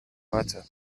matter